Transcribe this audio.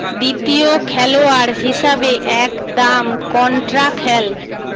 দ্বিতীয় খেলোয়াড় হিসাবে এক দাম কন্ট্রা খেল